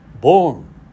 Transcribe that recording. born